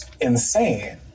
Insane